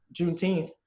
Juneteenth